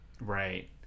Right